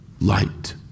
light